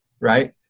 right